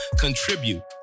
contribute